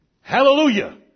Hallelujah